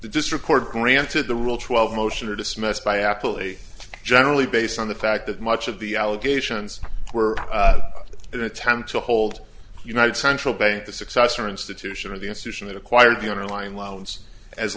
district court granted the rule twelve motion to dismiss by apple a generally based on the fact that much of the allegations were an attempt to hold united central bank the successor institution of the institution that acquired the underlying loans as